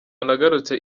nagarutse